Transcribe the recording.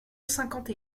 cinquante